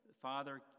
father